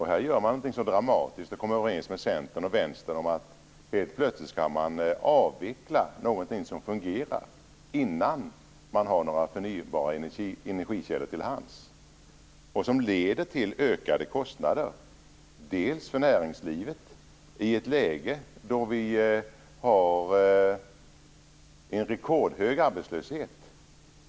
Här gör man något så dramatiskt och kommer överens med Centern och Vänsterpartiet om att man helt plötsligt skall avveckla något som fungerar innan man har några förnybara energikällor till hands, vilket leder till ökade kostnader, bl.a. för näringslivet i ett läge då vi har en rekordhög arbetslöshet.